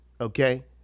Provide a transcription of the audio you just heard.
okay